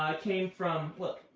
came from look,